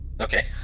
Okay